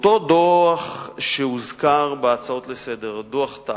בדוח שהוזכר בהצעות לסדר-היום, דוח טאוב,